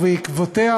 ובעקבותיה